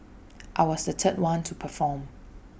I was the third one to perform